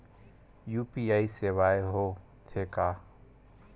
UPI सेवाएं हो थे का?